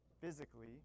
physically